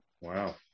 Wow